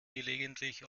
gelegentlich